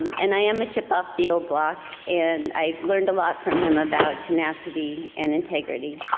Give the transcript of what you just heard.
and i am a chip off the old block and i've learned a lot from him about tenacity and integrity.